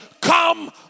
come